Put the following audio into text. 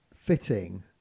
fitting